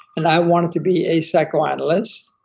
and i wanted to be a psychoanalyst.